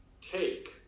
take